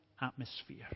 atmosphere